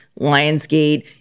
lionsgate